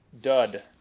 dud